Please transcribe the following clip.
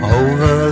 over